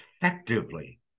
effectively